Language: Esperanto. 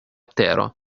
tero